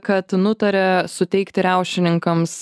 kad nutaria suteikti riaušininkams